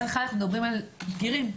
מדובר בבגירים.